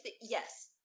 yes